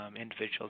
individuals